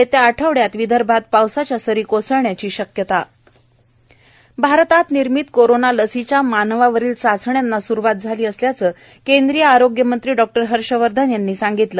येत्या आठवड्यात विदर्भात पावसाच्या सरी कोसळण्याची शक्यता भारतात निर्मित कोरोना लसीच्या मानवावरील चाचण्यांना सुरुवात झाली असल्याचं केंद्रीय आरोग्यमंत्री डॉक्टर हर्षवर्धन यांनी काल सांगितलं